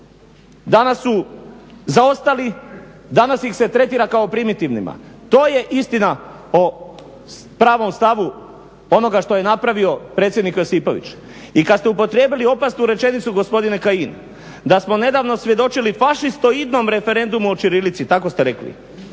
danas su zaostali, danas ih se tretira kao primitivnima. To je istina o pravom stavu onoga što je napravio predsjednik Josipović. I kad ste upotrijebili opasnu rečenicu gospodine Kajin da smo nedavno svjedočili fašistioidnom referendumu o ćirilici, tako ste rekli,